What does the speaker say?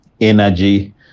energy